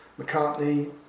McCartney